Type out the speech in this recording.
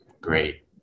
great